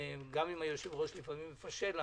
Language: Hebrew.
גם אם היושב-ראש לפעמים מפשל,